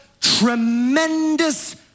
tremendous